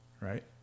Right